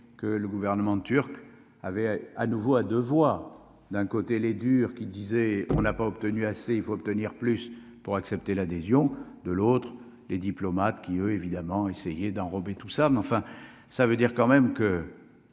que le gouvernement turc avait à nouveau à 2 voix, d'un côté les durs, qui disait : on n'a pas obtenu assez, il faut obtenir plus pour accepter l'adhésion de l'autre, les diplomates qui eux évidemment essayer d'enrober tout ça, mais enfin, ça veut dire quand même que